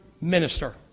Minister